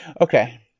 Okay